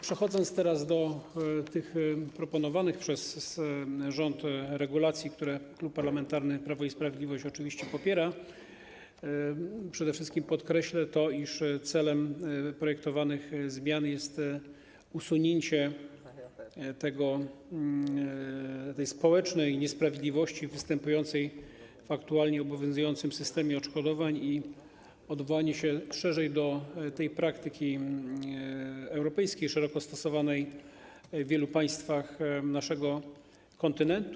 Przechodząc teraz do proponowanych przez rząd regulacji, które Klub Parlamentarny Prawo i Sprawiedliwość oczywiście popiera, przede wszystkim podkreślę to, iż celem projektowanych zmian jest usunięcie tej społecznej niesprawiedliwości występującej w aktualnie obowiązującym systemie odszkodowań i odwołanie się szerzej do praktyki europejskiej szeroko stosowanej w wielu państwach naszego kontynentu.